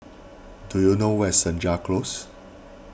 do you know where is Senja Close